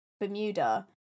Bermuda